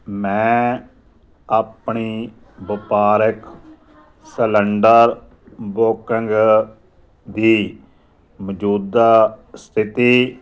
ਮੈਂ ਆਪਣੀ ਵਪਾਰਿਕ ਸਲੰਡਰ ਬੁਕਿੰਗ ਦੀ ਮੌਜੂਦਾ ਸਥਿਤੀ